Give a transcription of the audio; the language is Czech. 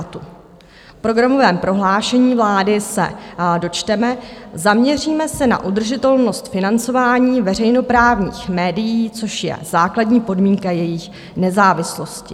V programovém prohlášení vlády se dočteme: zaměříme se na udržitelnost financování veřejnoprávních médií, což je základní podmínka jejich nezávislosti.